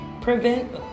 prevent